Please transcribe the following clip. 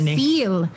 feel